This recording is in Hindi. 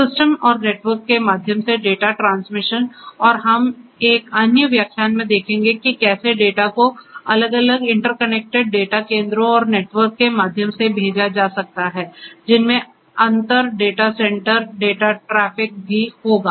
सिस्टम और नेटवर्क के माध्यम से डेटा ट्रांसमिशन और हम एक अन्य व्याख्यान में देखेंगे कि कैसे डेटा को अलग अलग इंटरकनेक्टेड डेटा केंद्रों और नेटवर्क के माध्यम से भेजा जा सकता है जिसमें अंतर डाटासेंटर डेटा ट्रैफ़िकभी होगा